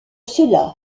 cela